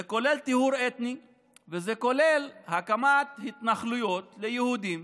זה כולל טיהור אתני וזה כולל הקמת התנחלויות ליהודים,